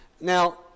Now